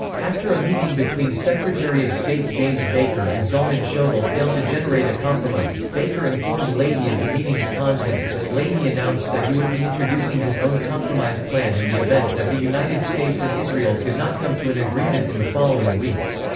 after a meeting between secretary of state james baker and zalman shoval failed to generate a compromise, baker informed leahy of the meeting's contents and leahy announced that he would be introducing his own compromise plan in the event that the united states and israel could not come to an agreement agreement in the following weeks.